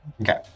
Okay